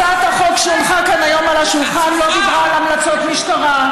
הצעת החוק שהונחה כאן היום על השולחן לא דיברה על המלצות משטרה,